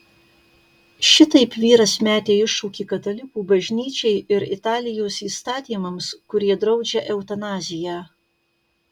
šitaip vyras metė iššūkį katalikų bažnyčiai ir italijos įstatymams kurie draudžia eutanaziją